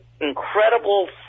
incredible